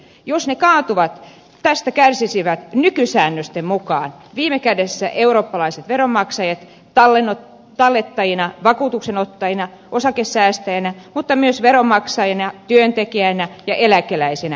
jos ne kaatuvat tästä kärsisivät nykysäännösten mukaan viime kädessä eurooppalaiset veronmaksajat tallettajina vakuutuksenottajina ja osakesäästäjinä mutta myös veronmaksajina työntekijöinä ja eläkeläisinä kansalaisina